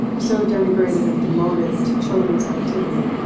so denigrated and demoted to children's activity,